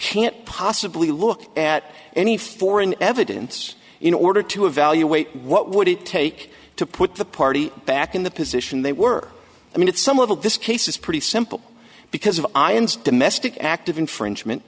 can't possibly look at any foreign evidence in order to evaluate what would it take to put the party back in the position they were i mean it's some of this case is pretty simple because of iran's domestic act of infringement